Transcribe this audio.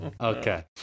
Okay